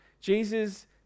Jesus